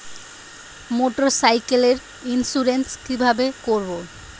মোটরসাইকেলের ইন্সুরেন্স কিভাবে করব?